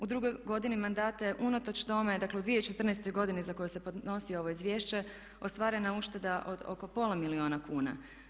U drugoj godini mandata je unatoč tome, dakle u 2014. za koju se podnosi ovo izvješće ostvarena ušteda od oko pola milijuna kuna.